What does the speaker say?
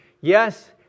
Yes